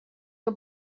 que